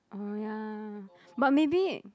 orh ya but maybe